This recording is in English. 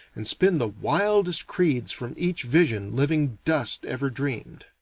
and spin the wildest creeds from each vision living dust ever dreamed.